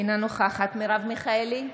אינה נוכחת מרב מיכאלי,